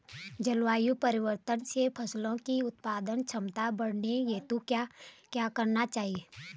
जलवायु परिवर्तन से फसलों की उत्पादन क्षमता बढ़ाने हेतु क्या क्या करना चाहिए?